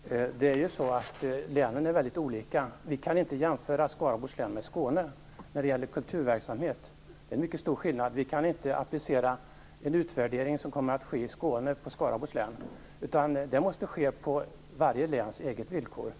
Fru talman! Jag kan inte hålla med om det. Länen är ju väldigt olika. Vi kan inte jämföra Skaraborgs län med Skåne län när det gäller kulturverksamhet, eftersom skillnaden är mycket stor. Vi kan alltså inte applicera en utvärdering i Skåne län på Skaraborgs län, utan sådant här måste ske på varje läns villkor.